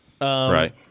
right